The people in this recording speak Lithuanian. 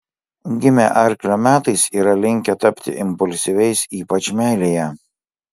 gimę arklio metais yra linkę tapti impulsyviais ypač meilėje